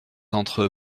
entre